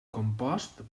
compost